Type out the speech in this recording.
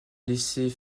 laisser